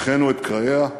איחדנו את קרעיה,